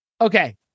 Okay